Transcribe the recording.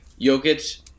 Jokic